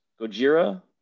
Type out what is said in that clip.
Gojira